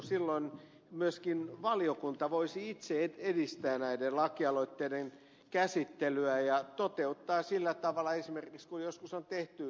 silloin myöskin valiokunta voisi itse edistää näiden lakialoitteiden käsittelyä ja toteuttaa niitä esimerkiksi sillä tavalla kuin joskus on tehty